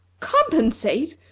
compensate!